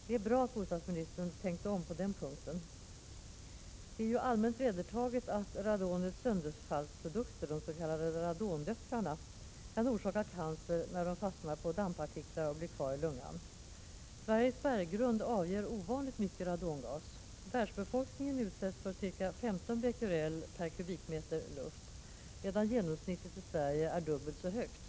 Det är bra att bostadsministern tänkt om på den punkten. Det är allmänt vedertaget att radonets sönderfallsprodukter, de s.k. radondöttrarna, kan orsaka cancer när de fastnar på dammpartiklar och blir kvarilungan. Sveriges berggrund avger ovanligt mycket radongas. Världsbefolkningen utsätts för ca 15 Bq/m? luft, medan genomsnittet i Sverige är dubbelt så högt.